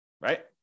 Right